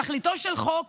תכליתו של חוק